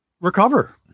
recover